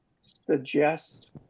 suggest